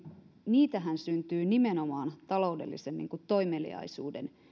niitähän syntyy nimenomaan taloudellisen toimeliaisuuden